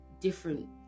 different